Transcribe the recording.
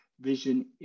vision